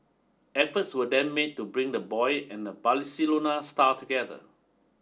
efforts were then made to bring the boy and the star together